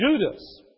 Judas